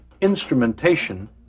instrumentation